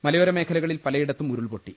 മലയോര മേഖലകളിൽ പലയിടത്തും ഉരുൾപൊട്ടി